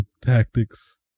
tactics